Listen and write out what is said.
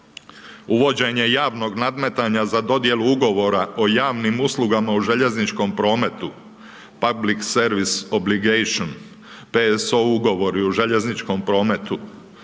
uvođenje javnog nadmetanja za dodjelu ugovora o javnim uslugama u željezničkom prometu, …/Govornik se ne razumije./… ugovori o željezničkom prometu.